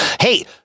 Hey